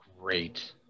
Great